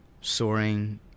soaring